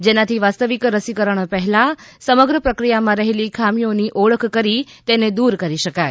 જેનાથી વાસ્તવિક રસીકરણ પહેલા સમગ્ર પ્રક્રિયામાં રહેલી ખામીઓની ઓળખ કરી તેને દૂર કરી શકાય